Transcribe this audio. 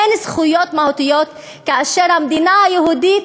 אין זכויות מהותיות כאשר המדינה היהודית